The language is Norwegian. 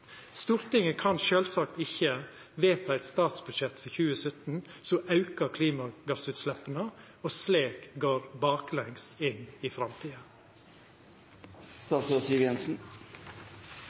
Stortinget kan sjølvsagt ikkje vedta eit statsbudsjett for 2017 som aukar klimagassutsleppa og slik går baklengs inn i